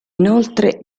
inoltre